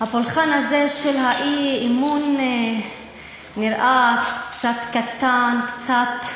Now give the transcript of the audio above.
הפולחן הזה, של האי-אמון, נראה קצת קטן, קצת,